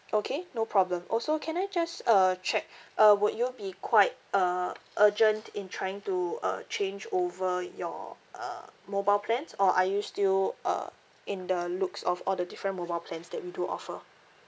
okay no problem also can I just uh check uh would you be quite uh urgent in trying to uh change over your uh mobile plans or are you still uh in the looks of all the different mobile plans that we do offer